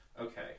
Okay